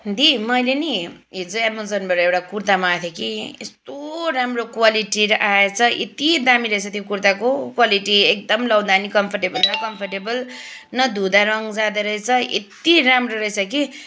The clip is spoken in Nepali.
दिदी मैले नि हिजो एमाजोनबाट एउटा कुर्ता मगाएको थिएँ कि यस्तो राम्रो क्वालिटी र आएछ यति दामी रहेछ त्यो कुर्ताको क्वालिटी एकदम लाउँदा नि कम्फोर्टेबल कम्फोर्टेबल न धुँदा रङ्ग जाँदो रहेछ यति राम्रो रहेछ कि